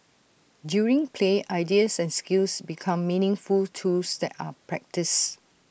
during play ideas and skills become meaningful tools that are practised